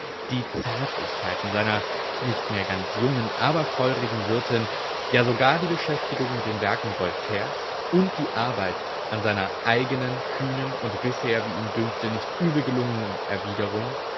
die zärtlichkeiten seiner nicht mehr ganz jungen aber feurigen wirtin ja sogar die beschäftigung mit den werken voltaires und die arbeit an seiner eigenen kühnen und bisher wie ihm dünkte nicht übel gelungenen erwiderung